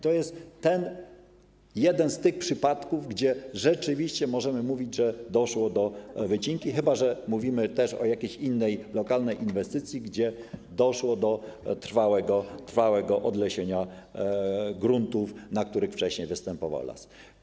To jest jeden z tych przypadków, gdy rzeczywiście możemy mówić, że doszło do wycinki - chyba że mówimy też o jakiejś innej, lokalnej inwestycji, w przypadku której doszło do trwałego odlesienia gruntów, na których wcześniej występował las.